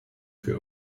für